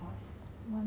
one what